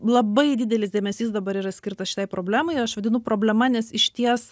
labai didelis dėmesys dabar yra skirtas šitai problemai aš vadinu problema nes išties